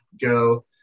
go